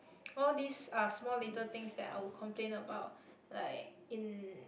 all these are small little things that I would complain about like in